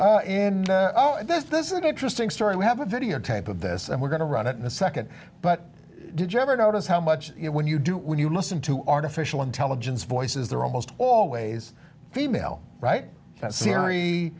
family ok and there's this is an interesting story we have a videotape of this and we're going to run it in a second but did you ever notice how much you know when you do when you listen to artificial intelligence voices they're almost always female right that